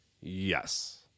Yes